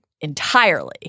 entirely